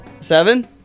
Seven